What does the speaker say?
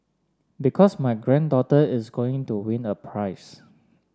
because my granddaughter is going to win a prize